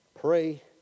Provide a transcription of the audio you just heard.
pray